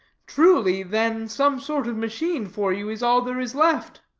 truly, then some sort of machine for you is all there is left.